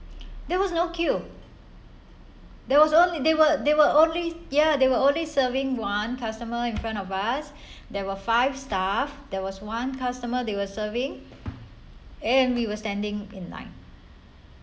there was no queue there was only they were they were only ya they were only serving one customer in front of us there were five staff there was one customer they were serving and we were standing in line